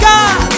God